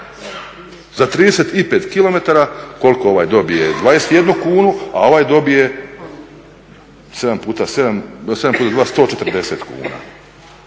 Za 35 kilometara, koliko ovaj dobije, 21 kunu, a ovaj dobije 140 kuna.